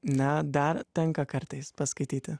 na dar tenka kartais paskaityti